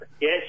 Yes